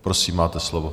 Prosím, máte slovo.